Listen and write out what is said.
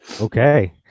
Okay